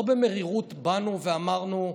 לא במרירות באנו ואמרנו: